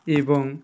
ଏବଂ